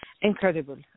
incredible